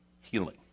Healing